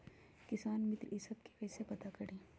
किसान मित्र ई सब मे कईसे पता करी?